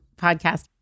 podcast